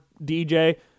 DJ